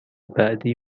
بعدی